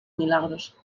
milagros